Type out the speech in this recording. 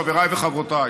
חבריי וחברותיי,